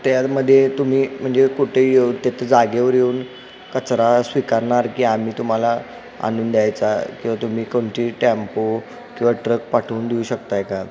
त्यातमध्ये तुम्ही म्हणजे कुठे येऊन त्याच जागेवर येऊन कचरा स्वीकारणार की आम्ही तुम्हाला आनून द्यायचा किंवा तुम्ही कोणते टॅम्पो किंवा ट्रक पाठवून देऊ शकत आहे का